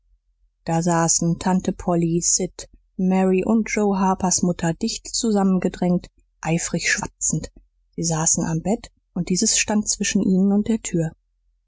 da saßen tante polly sid mary und joe harpers mutter dicht zusammengedrängt eifrig schwatzend sie saßen am bett und dieses stand zwischen ihnen und der tür